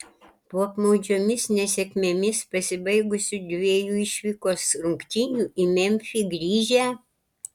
po apmaudžiomis nesėkmėmis pasibaigusių dviejų išvykos rungtynių į memfį grįžę